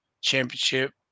championship